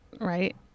right